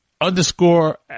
underscore